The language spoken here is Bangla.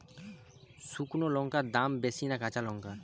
শুক্নো লঙ্কার দাম বেশি না কাঁচা লঙ্কার?